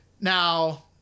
Now